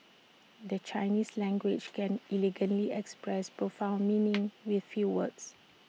the Chinese language can elegantly express profound meanings with few words